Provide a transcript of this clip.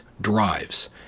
drives—